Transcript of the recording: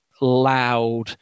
loud